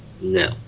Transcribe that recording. No